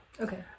Okay